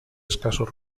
escasos